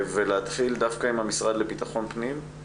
ולהתחיל דווקא עם המשרד לבטחון פנים,